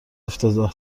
افتضاح